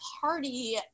party